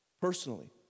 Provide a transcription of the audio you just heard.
personally